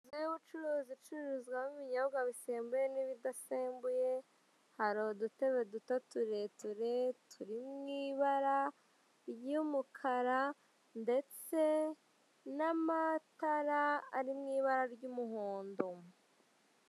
Inzu y'ubucuruzi icururizwamo ibinyobwa bisembuye n'ibidasembuye hari uduteba duto tureture tw'ibara ry'umukara ndetse n'amatara ari mu ibara ry'umuhondo.